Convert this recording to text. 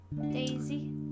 Daisy